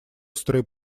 острые